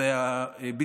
זה היה בדיוק,